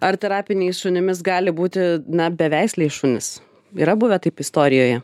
ar terapiniais šunimis gali būti na beveisliai šunys yra buvę taip istorijoje